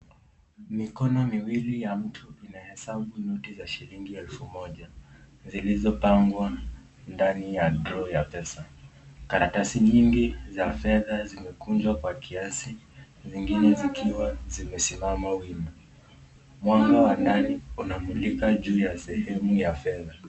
Mikono miwili ya mtu inahesabu noti za elfu moja zilizopangwa ndani ya drawer ya pesa. Karatasi mingi za fedha zimekunjwa kwa kiasi zingine zikiwa zimesimama wima. Mwanga wa ndani unamulika sehemu ya fedha.